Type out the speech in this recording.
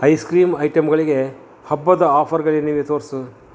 ice cream ಐಟಂಗಳಿಗೆ ಹಬ್ಬದ ಆಫರ್ಗಳೇನಿವೆ ತೋರಿಸು